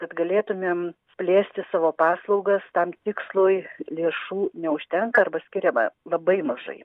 kad galėtumėm plėsti savo paslaugas tam tikslui lėšų neužtenka arba skiriama labai mažai